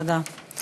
תודה.